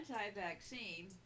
anti-vaccine